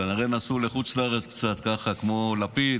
כנראה נסעו לחוץ לארץ קצת, כמו לפיד.